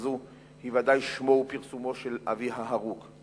הזו היא ודאי שמו ופרסומו של אבי ההרוג.